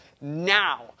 now